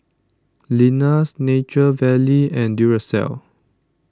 Lenas Nature Valley and Duracell